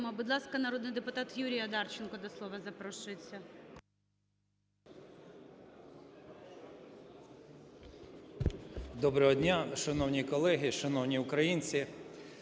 Доброго дня, шановні колеги, шановні українці!